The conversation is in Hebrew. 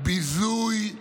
ביזוי,